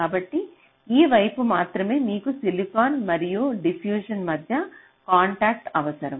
కాబట్టి ఈ వైపు మాత్రమే మీకు పాలిసిలికాన్ మరియు డిఫ్యూషన్ మధ్య కాంటాక్ట్ అవసరం